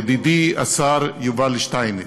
ידידי השר יובל שטייניץ.